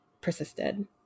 persisted